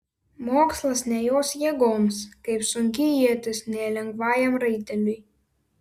mokslas ne jos jėgoms kaip sunki ietis ne lengvajam raiteliui